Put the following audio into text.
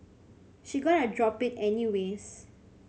she gonna drop it any ways